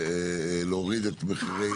אם נצליח להוריד את מחירי